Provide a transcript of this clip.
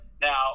Now